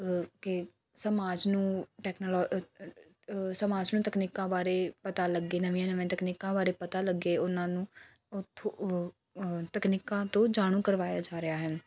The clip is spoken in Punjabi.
ਅ ਕਿ ਸਮਾਜ ਨੂੰ ਟੈਕਨਾਲੋ ਅ ਅ ਸਮਾਜ ਨੂੰ ਤਕਨੀਕਾਂ ਬਾਰੇ ਪਤਾ ਲੱਗੇ ਨਵੀਆਂ ਨਵੀਆਂ ਤਕਨੀਕਾਂ ਬਾਰੇ ਪਤਾ ਲੱਗੇ ਉਹਨਾਂ ਨੂੰ ਉ ਥੋ ਤਕਨੀਕਾਂ ਤੋਂ ਜਾਣੂ ਕਰਵਾਇਆ ਜਾ ਰਿਹਾ ਹੈ